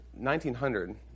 1900